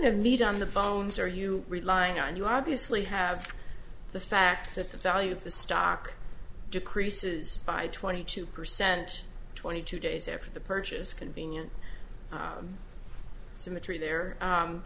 of need on the phones are you relying on you obviously have the fact that the value of the stock decreases by twenty two percent twenty two days after the purchase convenient symmetry there